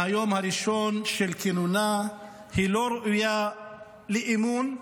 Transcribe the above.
מהיום הראשון של כינונה היא לא ראויה לאמון,